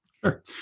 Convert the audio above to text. Sure